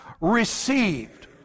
received